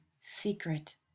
secret